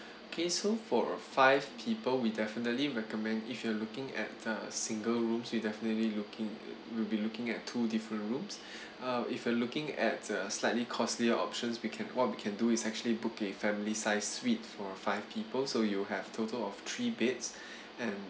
okay so for a five people we definitely recommend if you're looking at the single rooms we'll definitely looking will be looking at two different rooms uh if you're looking at the slightly costlier options we can what we can do is actually book a family size suite for five people so you have total of three beds and